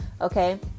okay